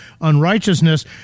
unrighteousness